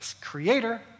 creator